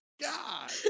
God